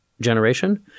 generation